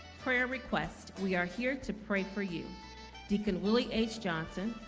prayer requests. we are here to pray for you deacon willie h johnson.